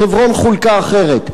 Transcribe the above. חברון חולקה אחרת.